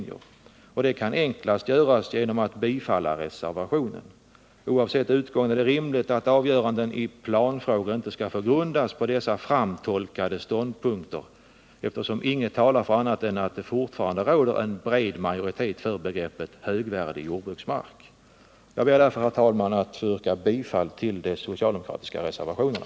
Det kan enklast göras genom att man bifaller reservationen på denna punkt. Oavsett utgången är det rimligt att avgöranden i planfrågor inte skall få grundas på dessa framtolkade ståndpunkter, eftersom inget talar för annat än att det fortfarande råder en bred majoritet för tillämpningen av begreppet högvärdig jordbruksmark. Jag ber därför, herr talman, att få yrka bifall till de socialdemokratiska reservationerna.